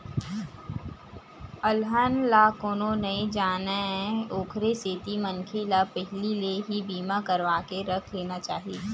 अलहन ला कोनो नइ जानय ओखरे सेती मनखे ल पहिली ले ही बीमा करवाके रख लेना चाही